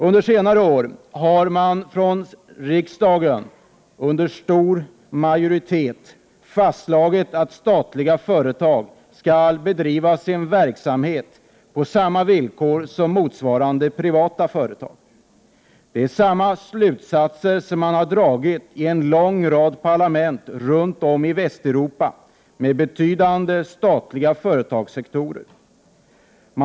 Under senare år har man i riksdagen med stor majoritet fastslagit att statliga företag skall bedriva sin verksamhet på samma villkor som motsvarande privata företag. Samma slutsatser har man dragit i en lång rad parlament runt om i Västeuropa, i länder med betydande statliga företags Prot. 1988/89:126 sektorer.